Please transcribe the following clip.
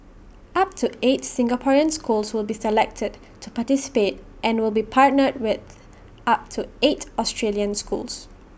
up to eight Singaporean schools will be selected to participate and will be partnered with up to eight Australian schools